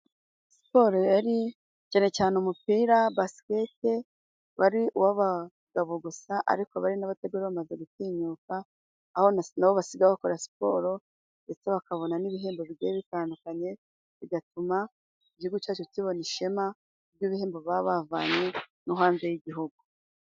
Siporo yari cyane cyane umupira basikete wari uw'abagabo gusa ariko abari n'abategarugori bamaze gutinyuka, aho nabo basigaye bakora siporo ndetse bakabona n'ibihembo bigiye bitandukanye, bigatuma igihugu cyacu kibona ishema ry'ibihembo baba bavanye no hanze y'igihugu.